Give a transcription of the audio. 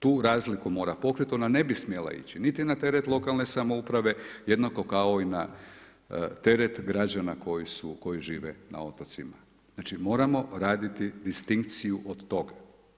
Tu razliku mora pokriti, ona ne bi smjeli ići niti na teret lokalne samouprave jednako kao i na teret građana koji žive na otocima, znači moramo raditi distinkciju od toga.